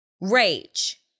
rage